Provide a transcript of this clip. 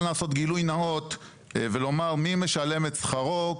לעשות גילוי נאות ולומר מי משלם את שכרו.